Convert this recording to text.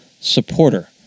supporter